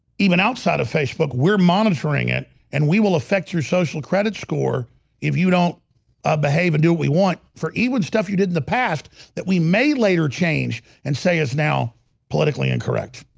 even outside of facebook we're monitoring it and we will affect your social credit score if you don't ah behave and do we want for even stuff you did in the past that we may later change and say is now politically incorrect